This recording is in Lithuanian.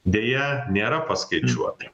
deja nėra paskaičiuota